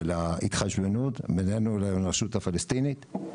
ההתחשבנות בינינו לבין הרשות הפלסטינית.